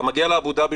אתה מגיע לאבו דאבי,